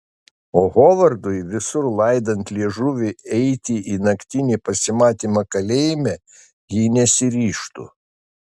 o hovardui visur laidant liežuvį eiti į naktinį pasimatymą kalėjime ji nesiryžtų